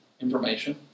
information